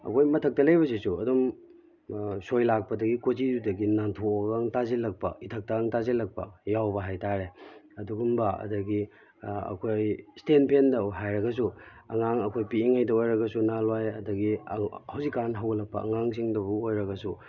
ꯑꯩꯈꯣꯏ ꯃꯊꯛꯇ ꯂꯩꯕꯁꯤꯁꯨ ꯑꯗꯨꯝ ꯁꯣꯏ ꯂꯥꯛꯄꯗꯒꯤ ꯀꯣꯆꯤꯗꯨꯗꯒꯤ ꯅꯥꯟꯊꯣꯛꯑꯒ ꯇꯥꯁꯤꯜꯂꯛꯄ ꯏꯊꯛꯇ ꯇꯥꯁꯤꯜꯂꯛꯄ ꯌꯥꯎꯕ ꯍꯥꯏꯕꯇꯥꯔꯦ ꯑꯗꯨꯒꯨꯝꯕ ꯑꯗꯨꯗꯒꯤ ꯑꯩꯈꯣꯏ ꯏꯁꯇꯦꯟ ꯐꯦꯟꯗꯕꯨ ꯍꯥꯏꯔꯒꯁꯨ ꯑꯉꯥꯡ ꯑꯩꯈꯣꯏ ꯄꯤꯛꯏꯉꯩꯗ ꯑꯣꯏꯔꯒꯁꯨ ꯅꯍꯥꯟꯋꯥꯏ ꯑꯗꯨꯗꯒꯤ ꯍꯧꯖꯤꯛꯀꯥꯟ ꯍꯧꯒꯠꯂꯛꯄ ꯑꯉꯥꯡꯁꯤꯡꯗꯕꯨ ꯑꯣꯏꯔꯒꯁꯨ